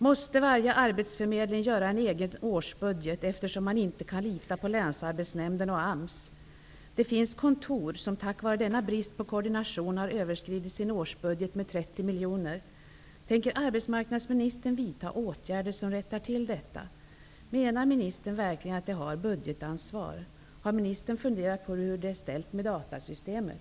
Måste varje arbetsförmedling göra en egen årsbudget, eftersom man inte kan lita på länsarbetsnämnderna och Det finns kontor som tack vare denna brist på koordination har överskridit sin årsbudget med 30 miljoner. Tänker arbetsmarknadsministern vidta åtgärder som rättar till detta? Menar ministern verkligen att de har budgetansvar? Har ministern funderat på hur det är ställt med datasystemet?